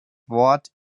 wort